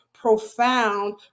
profound